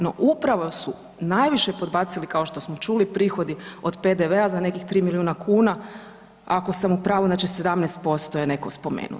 No, upravo su najviše podbacili, kao što smo čuli, prihodi od PDV-a za nekih 3 milijuna kuna, ako sam u pravu, znači 17% je netko spomenuo.